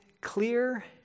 clear